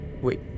Wait